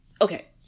Okay